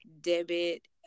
debit